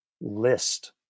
list